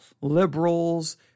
liberals